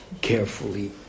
carefully